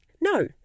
No